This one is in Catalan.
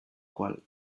qual